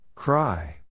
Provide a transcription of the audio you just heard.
Cry